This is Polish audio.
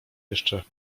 jeszcze